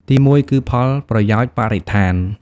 ទីមួយ គឺផលប្រយោជន៍បរិស្ថាន។